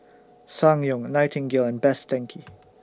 Ssangyong Nightingale and Best Denki